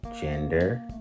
gender